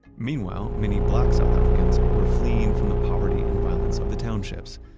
meanwhile, many black south africans were fleeing from the poverty and violence of the townships.